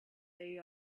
they